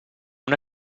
una